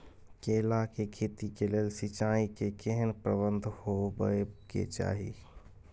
केला के खेती के लेल सिंचाई के केहेन प्रबंध होबय के चाही?